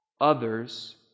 others